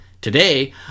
Today